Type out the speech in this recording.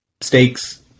steaks